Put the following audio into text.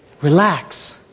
relax